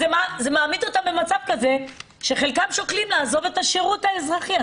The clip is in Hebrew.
זה מעמיד אותם במצב כזה שחלקם שוקלים לעזוב את השירות האזרחי.